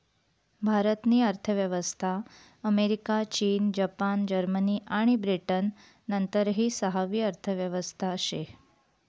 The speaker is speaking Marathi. भारत नी अर्थव्यवस्था अमेरिका, चीन, जपान, जर्मनी आणि ब्रिटन नंतरनी सहावी अर्थव्यवस्था शे